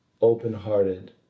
open-hearted